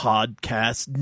Podcast